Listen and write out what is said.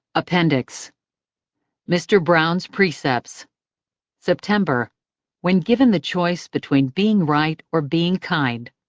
appendix mr. browne's precepts september when given the choice between being right or being kind,